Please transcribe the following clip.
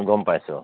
গম পাইছোঁ